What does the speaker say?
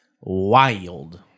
Wild